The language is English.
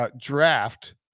draft